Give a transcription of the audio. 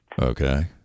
Okay